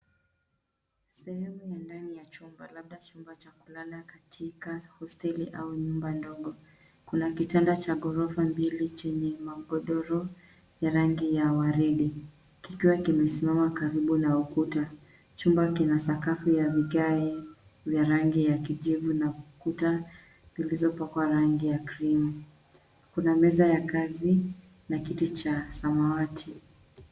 Sehemu ya ndani ya chumba, labda chumba cha kulala katika hostel au nyumba ndogo. Kuna kitanda cha gorofa mbili chenye magodoro ya rangi ya waridi, kikiwa kimesimama karibu na ukuta. Chumba kina sakafu ya vigae vya rangi ya kijivu na kuta zilizopakwa rangi ya cream kuna meza ya kazi na kiti cha samawati.